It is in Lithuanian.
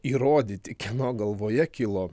įrodyti kieno galvoje kilo